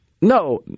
no